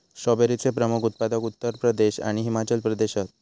स्ट्रॉबेरीचे प्रमुख उत्पादक उत्तर प्रदेश आणि हिमाचल प्रदेश हत